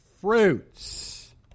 fruits